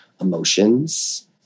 emotions